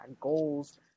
goals